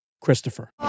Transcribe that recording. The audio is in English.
Christopher